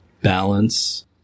balance